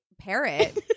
parrot